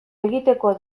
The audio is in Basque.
egitekoa